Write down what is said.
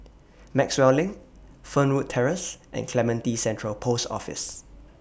Maxwell LINK Fernwood Terrace and Clementi Central Post Office